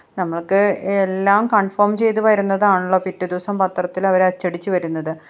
നമ്മൾക്ക് എല്ലാം കണ്ഫോം ചെയ്തു വരുന്നതാണല്ലോ പിറ്റേ ദിവസം പത്രത്തിലവർ അച്ചടിച്ചു വരുന്നത്